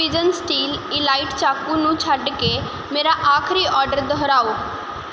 Pigeon steel elite ਚਾਕੂ ਨੂੰ ਛੱਡ ਕੇ ਮੇਰਾ ਆਖਰੀ ਆਰਡਰ ਦੁਹਰਾਓ